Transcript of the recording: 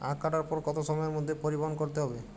আখ কাটার পর কত সময়ের মধ্যে পরিবহন করতে হবে?